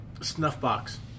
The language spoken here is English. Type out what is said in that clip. Snuffbox